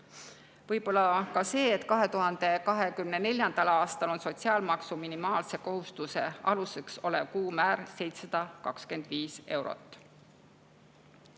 ära] ka selle, et 2024. aastal on sotsiaalmaksu minimaalse kohustuse aluseks olev kuumäär 725 eurot.